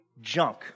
junk